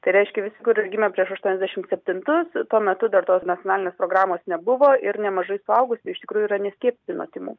tai reiškia visi kur ir gimė prieš aštuoniasdešimt septintus tuo metu dar tos nacionalinės programos nebuvo ir nemažai suaugusiųjų iš tikrųjų yra neskiepyti nuo tymų